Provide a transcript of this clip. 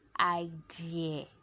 idea